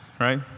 right